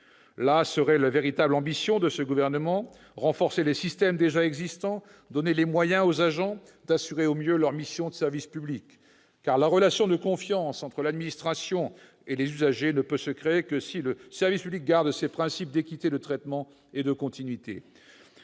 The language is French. Là serait la véritable ambition de ce gouvernement : renforcer les systèmes déjà existants, donner les moyens aux agents d'assurer au mieux leur mission de service public. En effet, la relation de confiance entre l'administration et les usagers ne peut se créer que si le service public garde ses principes d'équité de traitement et de continuité.